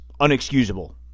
unexcusable